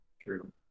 True